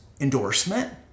endorsement